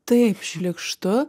taip šlykštu